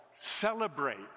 celebrate